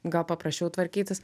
gal paprasčiau tvarkytis